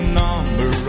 number